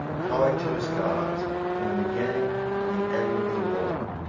calling to his gods from the beginning to the end of the world.